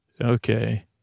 okay